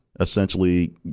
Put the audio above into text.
essentially